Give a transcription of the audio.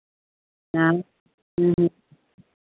हाँ ह्म्म ह्म्म